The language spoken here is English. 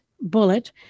bullet